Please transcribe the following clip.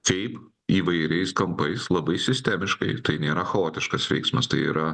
taip įvairiais kampais labai sistemiškai tai nėra chaotiškas veiksmas tai yra